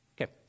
Okay